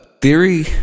Theory